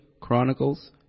Chronicles